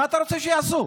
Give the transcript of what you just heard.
מה אתה רוצה שיעשו?